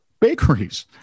bakeries